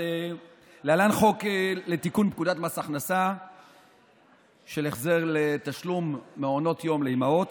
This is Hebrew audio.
להלן חוק לתיקון פקודת מס הכנסה (החזר בתשלום למעונות יום לאימהות).